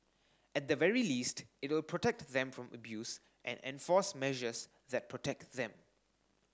at the very least it will protect them from abuse and enforce measures that protect them